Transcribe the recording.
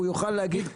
הוא יוכל להגיד,